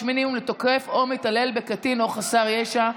מינימום לתוקף או מתעלל בקטין או חסר ישע),